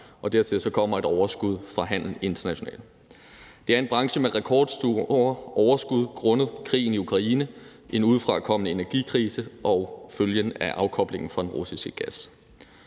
og dertil kommer et overskud fra handel internationalt. Det er en branche med rekordstore overskud grundet krigen i Ukraine, en udefrakommende energikrise og følgerne af afkoblingen fra den russiske gas.